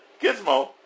Gizmo